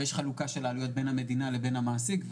ויש חלוקת עלויות בין המדינה לבין המעסיק,